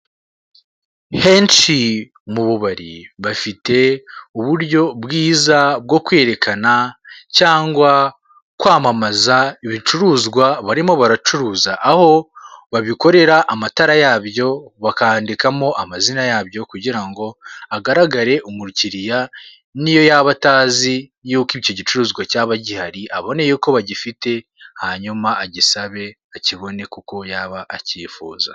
Henshi mu bubari bafite uburyo bwiza bwo kwerekana cyangwa kwamamaza ibicuruzwa barimo baracuruza, aho babikorera amatara yabyo, bakandikamo amazina yabyo. kugira ngo agaragare, umukiriya n'iyo yaba atazi yuko icyo gicuruzwa cyaba gihari, abone yuko bagifite, hanyuma agisabe, akibone, kuko yaba acyifuza.